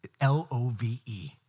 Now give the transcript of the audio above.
L-O-V-E